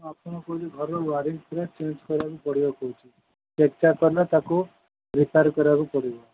ଆପଣ କହିଲେ ଘର ୱାୟାରିଂ ପୁରା ଚେଞ୍ଜ୍ କରିବାକୁ ପଡ଼ିବ କହୁଛି ଚେକ୍ ଚାକ୍ କଲେ ତାକୁ ରିପ୍ୟାର୍ କରିବାକୁ ପଡ଼ିବ